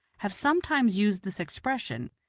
have sometimes used this expression,